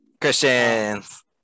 Christians